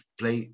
play